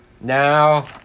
Now